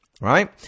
right